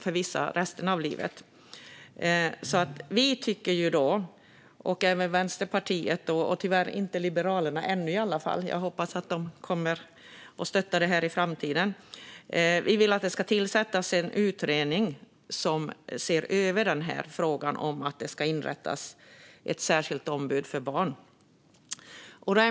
För vissa finns de kvar under resten av livet. Både vi och Vänsterpartiet - tyvärr ännu inte Liberalerna, men jag hoppas att de kommer att stötta det här i framtiden - vill att en utredning tillsätts som ser över frågan om att inrätta ett särskilt ombud för barn.